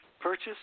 purchase